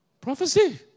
Prophecy